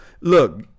look